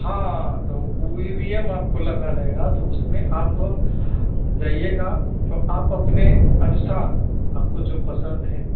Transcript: हाँ तो E V M आपको लगा रहेगा तो उसमें आप जाइएगा तो आप अपने अनुसार आपको जो पसंद है